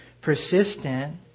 persistent